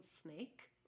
snake